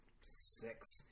six